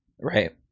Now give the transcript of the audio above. right